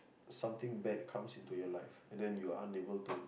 something bad comes into your life and then you're unable to